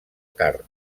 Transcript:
carn